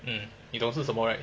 嗯你懂是什么 right